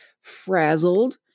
frazzled